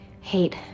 hate